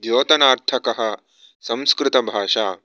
द्योतनार्थकः संस्कृतभाषा